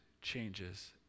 changes